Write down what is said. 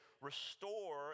restore